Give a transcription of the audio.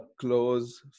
close